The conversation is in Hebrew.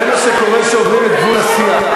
זה מה שקורה כשעוברים את גבול השיח.